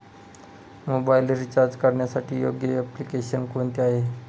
Mobile recharge करण्यासाठी योग्य application कोणते आहे?